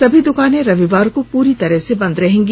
सभी दुकानें रविवार को पूरी तरह से बन्द रहेंगी